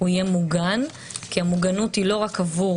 שדרכו עובר